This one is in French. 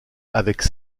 avec